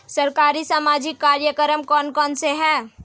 सरकारी सामाजिक कार्यक्रम कौन कौन से हैं?